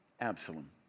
Absalom